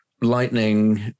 Lightning